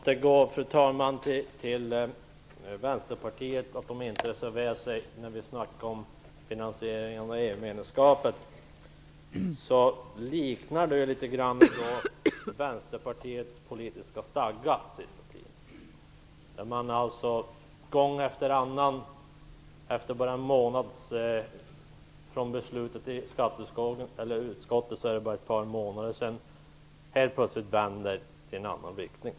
Fru talman! När det gäller Vänsterpartiet och finansieringen av EU-medlemskapet liknar det litet grand Vänsterpartiets politiska stadga under den senaste tiden. Sedan beslutet i skatteutskottet har det bara gått ett par månader. Men helt plötsligt vänder ni och går i en annan riktning.